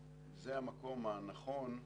זה המקום הנכון,